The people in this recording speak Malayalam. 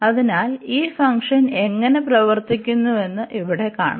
അതിനാൽ ഈ ഫംഗ്ഷൻ എങ്ങനെ പ്രവർത്തിക്കുന്നുവെന്ന് ഇവിടെ കാണാം